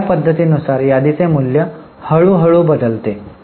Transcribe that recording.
तर या पद्धती नुसार यादीचे मूल्य हळूहळू बदलते